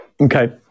Okay